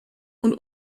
und